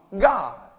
God